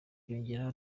yongeraho